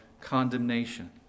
condemnation